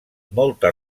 molta